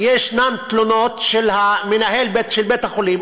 ישנן תלונות של המנהל של בית-החולים.